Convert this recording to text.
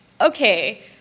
okay